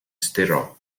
stereo